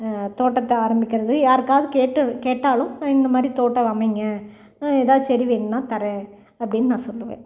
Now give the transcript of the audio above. தோட்டத்தை ஆரம்மிக்கிறது யாருக்காவுது கேட்டு கேட்டாலும் இந்த மாதிரி தோட்டம் அமைங்க ஏதாச்சும் செடி வேணும்னா தரேன் அப்படின்னு நான் சொல்லுவேன்